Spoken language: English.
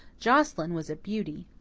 joscelyn was a beauty.